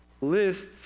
lists